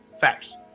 Facts